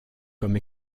comme